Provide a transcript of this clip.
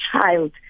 child